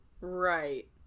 Right